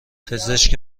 پزشک